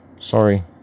Sorry